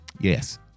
Yes